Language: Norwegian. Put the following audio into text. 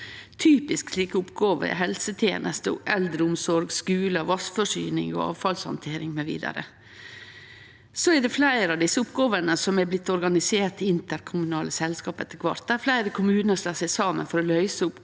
Typisk slike oppgåver er helsetenester, eldreomsorg, skule, vassforsyning og avfallshandtering mv. Så er det fleire av desse oppgåvene som etter kvart er blitt organiserte i interkommunale selskap der fleire kommunar slår seg saman for å løyse oppgåver